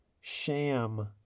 sham